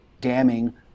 damning